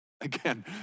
Again